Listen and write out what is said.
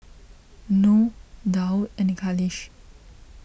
Nor Daud and Khalish